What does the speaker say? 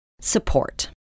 Support